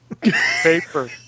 Paper